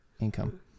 income